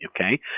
okay